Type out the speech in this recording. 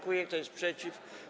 Kto jest przeciw?